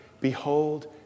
Behold